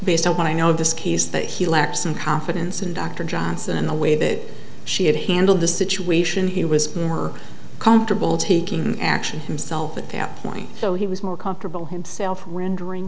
based on what i know of this case that he lacked some confidence in dr johnson in the way that she had handled the situation he was more comfortable taking action himself at that point so he was more comfortable himself rendering